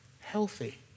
healthy